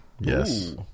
Yes